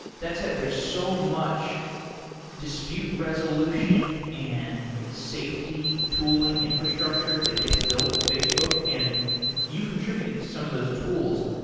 that said, there's so much dispute resolution and safety tooling infrastructure that gets built at facebook and you contributed to some of those tools.